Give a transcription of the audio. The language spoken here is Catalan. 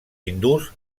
hindús